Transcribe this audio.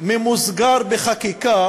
ממוסגר בחקיקה